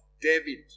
David